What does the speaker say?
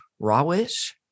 Rawish